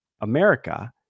America